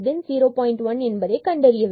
1 என்பதை கண்டறிய வேண்டும்